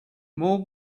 more